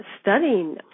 studying